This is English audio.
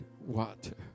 water